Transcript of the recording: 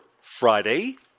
Friday